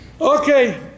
Okay